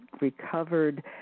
recovered